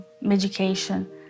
medication